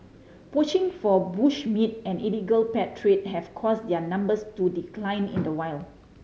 poaching for bush meat and illegal pet trade have caused their numbers to decline in the wild